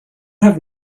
have